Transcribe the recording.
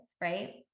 right